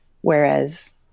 Whereas